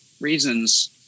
reasons